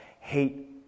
Hate